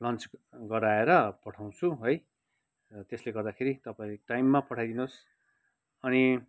lunch गराएर पठाउँछु है र त्यसले गर्दाखेरि तपाईँ टाइममा पठाई दिनुहोस् अनि